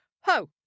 Ho